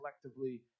collectively